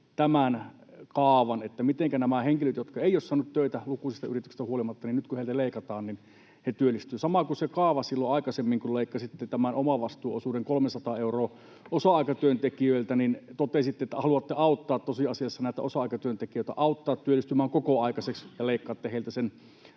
tämän kaavan, että mitenkä nämä henkilöt, jotka eivät ole saaneet töitä lukuisista yrityksistä huolimatta, nyt työllistyvät, kun heiltä leikataan? Sama kuin se kaava silloin aikaisemmin, kun leikkasitte tämän omavastuuosuuden, 300 euroa osa-aikatyöntekijöiltä. Silloin totesitte, että haluatte tosiasiassa auttaa näitä osa-aikatyöntekijöitä työllistymään kokoaikaiseksi, kun leikkaatte heiltä sen